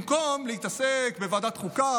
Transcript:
במקום להתעסק בוועדת חוקה,